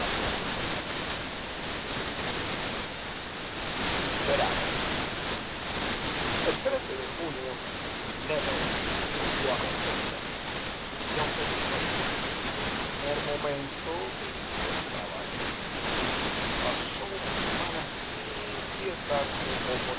tiernísima novia verano el de junio nébel volvió a concordia y aunque supo desde el primer momento que lidia estaba allí pasó una semana sin inquietarse poco